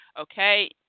okay